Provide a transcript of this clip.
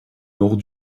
nord